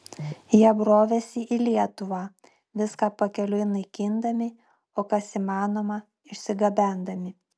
jie brovėsi į lietuvą viską pakeliui naikindami o kas įmanoma išsigabendami